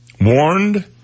warned